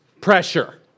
pressure